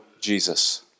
Jesus